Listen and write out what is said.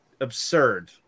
absurd